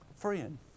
Friend